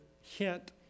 hint